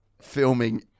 filming